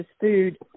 food